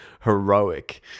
heroic